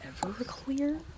Everclear